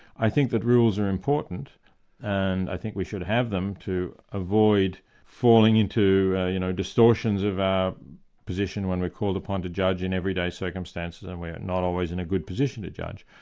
i think that rules are important and i think we should have them to avoid falling into you know distortions of our position when we're called upon to judge in everyday circumstances, and we're not always in a good position to judge.